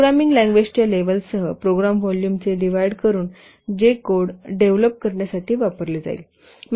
programming लँग्वेजच्या लेव्हलसह program व्हॉल्यूमचे डिव्हाईड करून जे कोड डेव्हलप करण्यासाठी वापरले जाईल